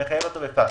ומחייב אותו בפטקא.